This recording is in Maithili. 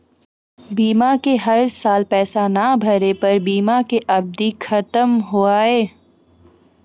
बीमा के हर साल पैसा ना भरे पर बीमा के अवधि खत्म हो हाव हाय?